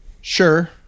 Sure